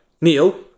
neil